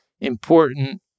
important